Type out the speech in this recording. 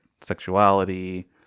sexuality